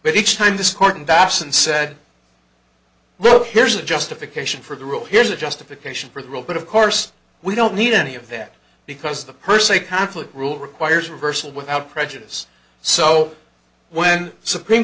but each time discordant babson said look here's the justification for the rule here's the justification for the rule but of course we don't need any of that because the per se conflict rule requires reversal without prejudice so when supreme